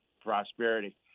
prosperity